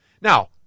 now